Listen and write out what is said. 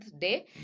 day